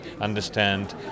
understand